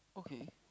okay